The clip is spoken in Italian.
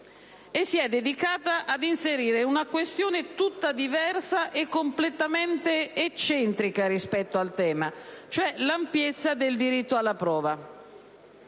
pena, dedicandosi ad inserire una questione tutta diversa e completamente eccentrica rispetto al tema, cioè l'ampiezza del diritto alla prova.